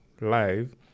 live